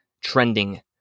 trending